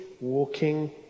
Walking